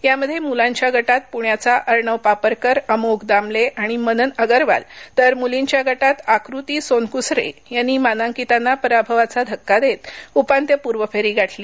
यामध्ये मुलांच्या गटात पुण्याचा अर्णव पापरकर अमोघ दामले आणि मनन आगरवाल तर मुलींच्या गटात आकृती सोनकुसरे यांनी मानांकितांना पराभवाचा धक्का देत उपांत्य पूर्व फेरी गाठली